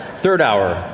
third hour,